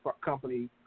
company –